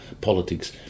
politics